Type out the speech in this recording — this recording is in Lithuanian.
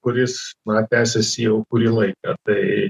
kuris na tęsiasi jau kurį laiką tai